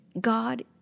God